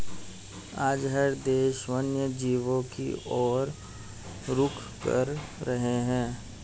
आज हर देश वन्य जीवों की और रुख कर रहे हैं